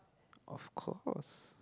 of course